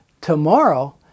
tomorrow